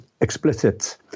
explicit